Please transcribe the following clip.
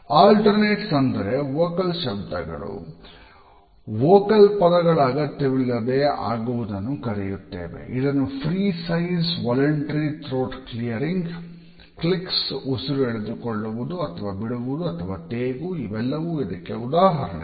ಅಲ್ಟಾರ್ನಾಟ್ಸ್ ಅಂದರೆ ವೋಕಲ್ ಶಬ್ದಗಳು ವೋಕಲ್ ಉಸಿರು ಎಳೆದುಕೊಳ್ಳುವುದು ಅಥವಾ ಬಿಡುವುದು ಅಥವಾ ತೇಗು ಇವೆಲ್ಲವೂ ಇದಕ್ಕೆ ಉದಾಹರಣೆಗಳು